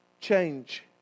change